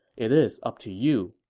it is up to you.